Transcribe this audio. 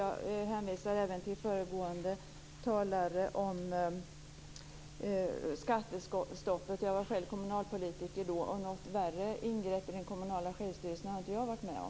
Jag hänvisar även till föregående talare beträffande skattestoppet. Jag var själv kommunalpolitiker då och ett värre ingrepp i den kommunala självstyrelsen har jag inte varit med om.